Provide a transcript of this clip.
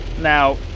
Now